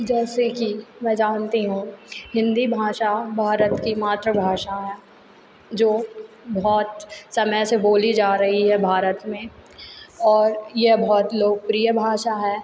जैसे कि मैं जानती हूँ हिंदी भाषा भारत की मातृभाषा है जो बहुत समय से बोली जा रही है भारत में और यह बहुत लोकप्रिय भाषा है